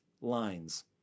lines